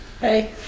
Hey